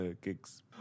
gigs